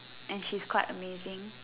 and she's quite amazing